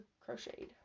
crocheted